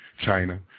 China